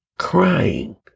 crying